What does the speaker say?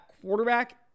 quarterback